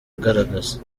agaragaza